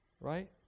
right